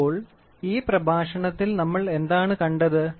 അപ്പോൾ ഈ പ്രഭാഷണത്തിൽ നമ്മൾ എന്താണ് കണ്ടത്